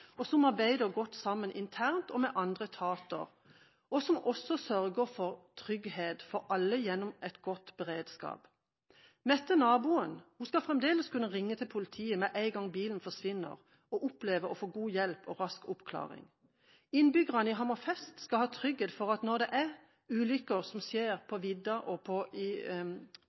resultatoppnåelse, som arbeider godt sammen internt og med andre etater, og som også sørger for trygghet for alle gjennom god beredskap. Mette, naboen, skal fremdeles kunne ringe til politiet med en gang bilen forsvinner, og oppleve å få god hjelp og rask oppklaring. Innbyggerne i Hammerfest skal ha trygghet for at når det skjer ulykker på vidda og i